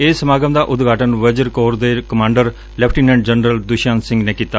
ਇਸ ਸਮਾਗਮ ਦਾ ਉਦਘਾਟਨ ਵਜਰਾ ਕੋਰ ਦੇ commander lieutenant general Dushyant Singh ਨੇ ਕੀਤਾ